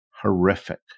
horrific